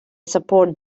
support